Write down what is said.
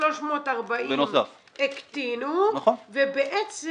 -- 1,340 הקטינו, ובעצם